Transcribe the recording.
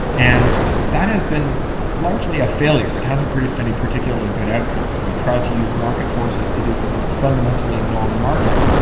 and that has been largely a failure. it hasn't produced any particularly good outcomes. we've tried to use market forces to do something that's fundamentally non-market,